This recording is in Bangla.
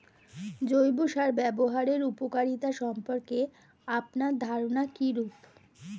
জৈব সার ব্যাবহারের উপকারিতা সম্পর্কে আপনার ধারনা কীরূপ?